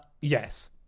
yes